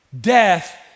death